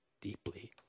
deeply